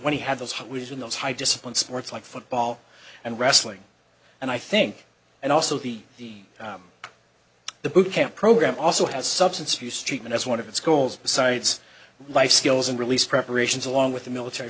hen he had those which in those high discipline sports like football and wrestling and i think and also the the boot camp program also has substance abuse treatment as one of its goals besides life skills and release preparations along with the military